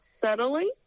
subtly